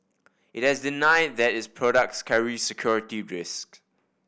it has denied that its products carry security risk